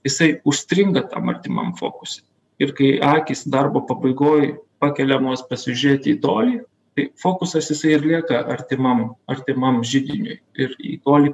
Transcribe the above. jisai užstringa tam artimam fokuse ir kai akys darbo pabaigoj pakeliamos pasižiūrėti į tolį tai fokusas jisai ir lieka artimam artimam židiniui ir į tolį